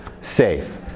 safe